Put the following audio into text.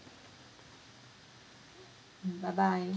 mm bye bye